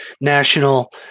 national